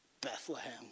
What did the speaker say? Bethlehem